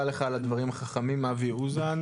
תודה רבה לך על הדברים החכמים, אבי אוזן.